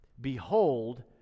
Behold